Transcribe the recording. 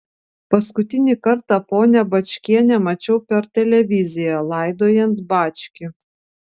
paskutinį kartą ponią bačkienę mačiau per televiziją laidojant bačkį